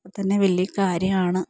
അത് തന്നെ വലിയ കാര്യമാണ്